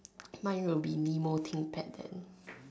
mine will be Nemo Thinkpad then